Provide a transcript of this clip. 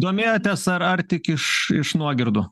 domėjotės ar ar tik iš iš nuogirdų